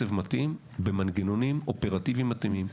בקצב מתאים, במנגנונים אופרטיביים מתאימים.